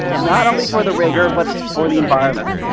not only for the rigor but for the environment.